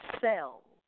cell